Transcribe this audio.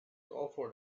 offered